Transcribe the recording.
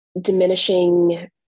diminishing